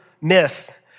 myth